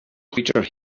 creature